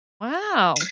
Wow